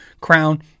crown